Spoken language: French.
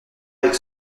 avec